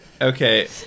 Okay